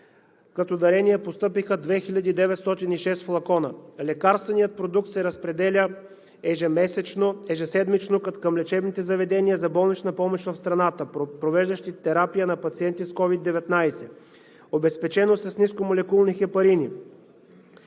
като дарения постъпиха 2906 флакона. Лекарственият продукт се разпределя ежеседмично към лечебните заведения за болнична помощ в страната, провеждащи терапия на пациенти с COVID-19. Обезпеченост с нискомолекулни хепарини.